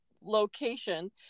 location